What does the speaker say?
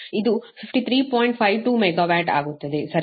52 megawatt ಆಗುತ್ತದೆ ಸರಿನಾ